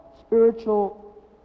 spiritual